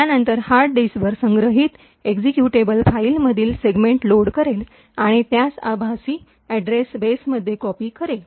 त्यानंतर हार्ड डिस्कवर संग्रहित एक्जीक्यूटेबल फाईलमधील सेग्मेंट्स लोड करेल आणि त्यास आभासी अॅड्रेस बेसमध्ये कॉपी करेल